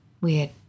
weird